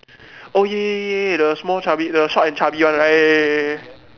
oh ya ya ya ya ya the small chubby the short and chubby one right